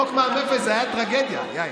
חוק מע"מ אפס היה טרגדיה, יאיר.